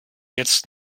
jetzt